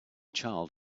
child